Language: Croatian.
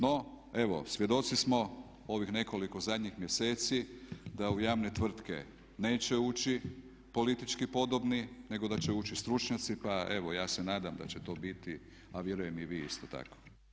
No evo svjedoci smo ovih nekoliko zadnjih mjeseci da u javne tvrtke neće ući politički podobni nego da će ući stručnjaci pa evo ja se nadam da će to biti, a vjerujem i vi isto tako.